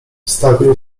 stawię